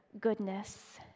goodness